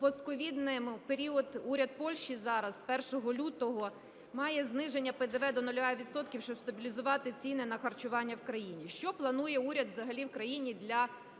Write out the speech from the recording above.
постковідний період уряд Польщі зараз з 1 лютого має зниження ПДВ до 0 відсотків, щоб стабілізувати ціни на харчування в країні. Що планує уряд взагалі в країні для того,